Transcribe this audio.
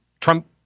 Trump